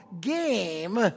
game